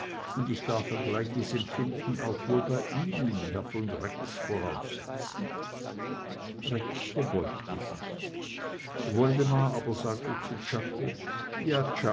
und ich darf ein gleiches empfinden auch wohl bei ihnen herr von rex voraussetzen rex verbeugte sich woldemar aber sagte zu czako ja